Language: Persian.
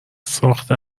ساخته